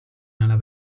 nella